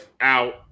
out